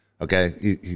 Okay